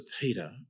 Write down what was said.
Peter